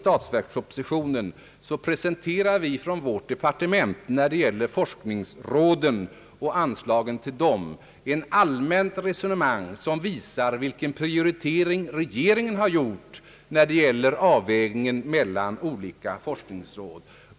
Varje år presenterar vi från vårt departement i statsverkspropositionen när det gäller anslag till forskningsråden ett allmänt resonemang, som visar vilken avvägning regeringen har gjort mellan olika forskningsråd.